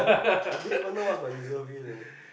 I didn't even know what's my reservist man